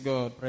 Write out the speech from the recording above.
God